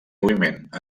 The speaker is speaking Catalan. moviment